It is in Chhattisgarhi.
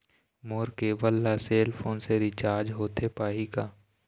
मोर केबल ला सेल फोन से रिचार्ज होथे पाही का?